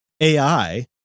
AI